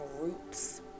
roots